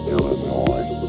Illinois